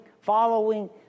following